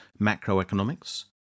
macroeconomics